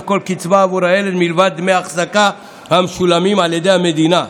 כל קצבה עבור הילד מלבד דמי ההחזקה המשולמים על ידי המדינה.